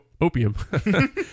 opium